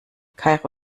kairo